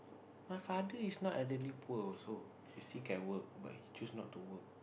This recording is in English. my father is not elderly poor also he still can work but he choose not to work